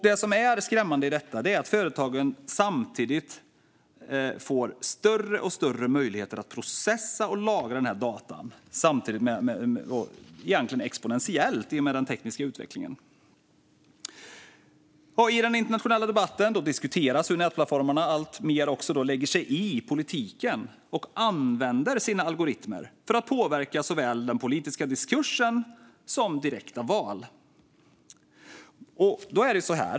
Det som är skrämmande i detta är att företagen samtidigt får större och större möjligheter att processa och lagra dessa data exponentiellt i och med den tekniska utvecklingen. I den internationella debatten diskuteras hur nätplattformarna också alltmer lägger sig i politiken och använder sina algoritmer för att påverka såväl den politiska diskursen som direkta val.